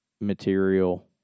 material